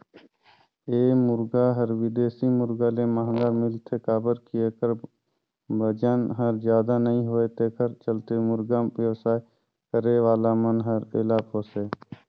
ए मुरगा हर बिदेशी मुरगा ले महंगा मिलथे काबर कि एखर बजन हर जादा नई होये तेखर चलते मुरगा बेवसाय करे वाला मन हर एला पोसे